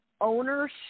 ownership